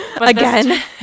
again